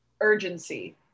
urgency